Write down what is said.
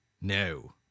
No